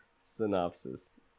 Synopsis